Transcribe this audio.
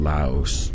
Laos